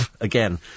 Again